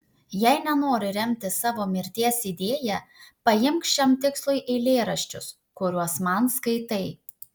jei nenori remtis savo mirties idėja paimk šiam tikslui eilėraščius kuriuos man skaitai